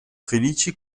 felici